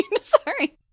Sorry